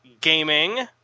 gaming